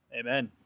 Amen